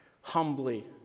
humbly